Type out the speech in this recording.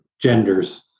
genders